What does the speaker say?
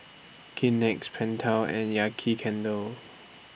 Kleenex Pentel and Yankee Candle